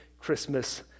Christmas